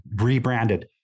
Rebranded